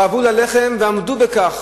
רעבו ללחם ועמדו בכך,